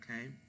okay